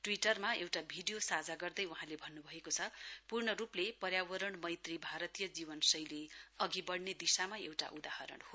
ट्वीटरमा एउटा भिडियो साझा गर्दै वहाँले भन्नुभएको छ पूर्ण रूपले पर्यावरण मैत्री भारतीय जीवनशैली अघि बढ्ने दिशामा एउटा उदाहरण हो